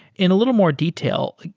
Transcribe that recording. in a little more detail,